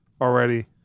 already